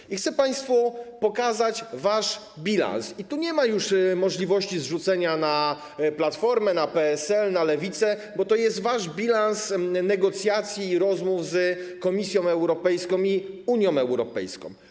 I chcę państwu pokazać wasz bilans, i tu nie ma już możliwości zrzucenia czegoś na Platformę, na PSL, na Lewicę, bo to jest wasz bilans negocjacji i rozmów z Komisją Europejską i Unią Europejską.